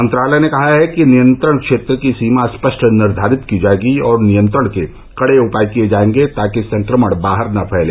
मंत्रालय ने कहा है कि नियंत्रण क्षेत्र की सीमा स्पष्ट निर्धारित की जाएगी और नियंत्रण के कडे उपाय किए जाएगे ताकि संक्रमण बाहर न फैले